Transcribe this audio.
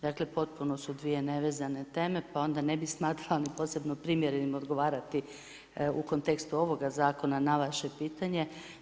Dakle, potpuno su 2 nevezane teme, pa onda ne bi smatrala ni posebno primjerenim odgovarati u kontekstu ovoga zakona na vaše pitanje.